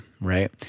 right